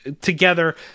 together